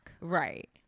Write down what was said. right